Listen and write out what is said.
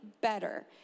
better